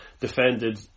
defended